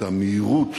את המהירות